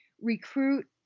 recruit